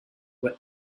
were